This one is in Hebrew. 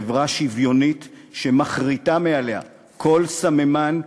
חברה שוויונית שמכריתה ממנה כל סממן,